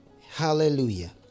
Hallelujah